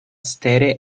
steady